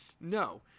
No